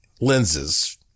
lenses